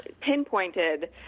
pinpointed